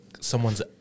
someone's